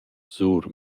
sur